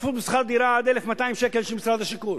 השתתפות בשכר דירה עד 1,200 שקלים של משרד השיכון,